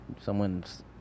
someone's